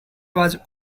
was